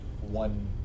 one